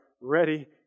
ready